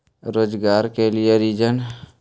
रोजगार के लिए ऋण?